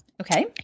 Okay